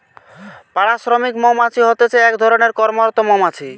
পাড়া শ্রমিক মৌমাছি হতিছে এক ধরণের কর্মরত মৌমাছি